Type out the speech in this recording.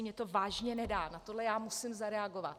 Mně to vážně nedá, na tohle já musím zareagovat.